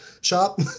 shop